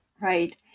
right